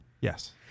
Yes